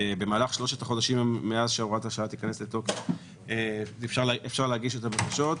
שבמהלך שלושה חודשים מאז שהוראת השעה נכנסת לתוקף אפשר להגיש את הבקשות,